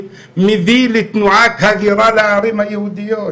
מביא לתנועת הגירה לערים היהודיות.